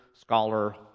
scholar